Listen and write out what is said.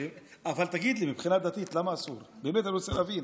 תגיד לי, למה זה אסור מבחינה דתית?